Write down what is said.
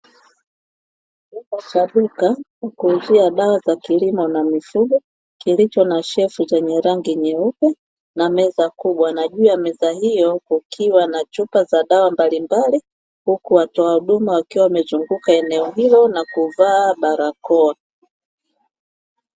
Duka la kuuzia dawa za mifugo mezani kukiwa na dawa mbalimbali za mifugo huku watoa huduma wakiwa wamesimama wamevaa barakoa tayari kwa kuuza bidhaa hizo